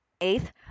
Eighth